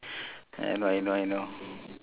I know I know I know